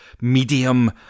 medium